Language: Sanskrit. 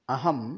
अहम्